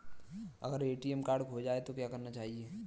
अगर ATM card खो जाए तो क्या करना चाहिए?